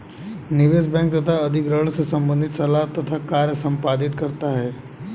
निवेश बैंक तथा अधिग्रहण से संबंधित सलाह तथा कार्य संपादित करता है